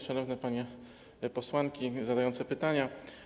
Szanowne panie posłanki zadające pytania!